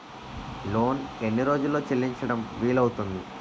Loan ఎన్ని రోజుల్లో చెల్లించడం వీలు అవుతుంది?